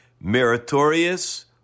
Meritorious